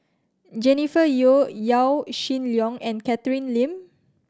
Jennifer Yeo Yaw Shin Leong and Catherine Lim